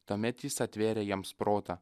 tuomet jis atvėrė jiems protą